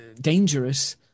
dangerous